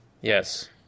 Yes